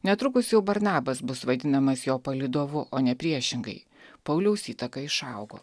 netrukus jau barnabas bus vaidinamas jo palydovu o ne priešingai pauliaus įtaka išaugo